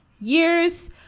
years